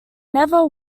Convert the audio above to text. never